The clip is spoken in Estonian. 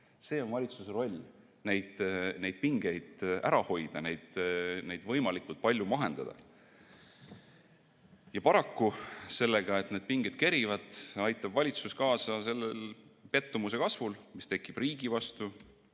appi. Valitsuse roll on pingeid ära hoida, neid võimalikult palju mahendada. Paraku sellega, et pinged kerivad, aitab valitsus kaasa pettumuse kasvule, mis tekib riigi vastu,